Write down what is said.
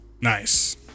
Nice